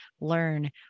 learn